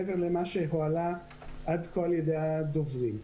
קצת מעבר למה שעלה על-ידי הדוברים.